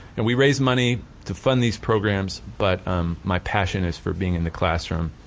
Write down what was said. and we raise money to fund these programs but um my passion is for being in the classroom.